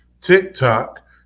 TikTok